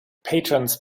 patrons